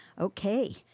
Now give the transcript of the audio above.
Okay